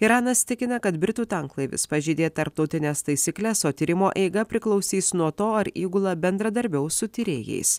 iranas tikina kad britų tanklaivis pažeidė tarptautines taisykles o tyrimo eiga priklausys nuo to ar įgula bendradarbiaus su tyrėjais